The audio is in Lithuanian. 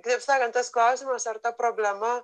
kitaip sakant tas klausimas ar ta problema